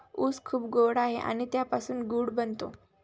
ऊस खूप गोड आहे आणि त्यापासून गूळ बनतो